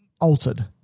altered